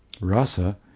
Rasa